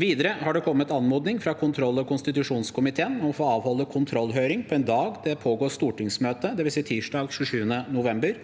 Videre har det kommet anmodning fra kontroll- og konstitusjonskomiteen om å få avholde kontrollhøring på en dag det pågår stortingsmøte, dvs. tirsdag 7. november.